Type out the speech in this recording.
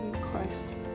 Christ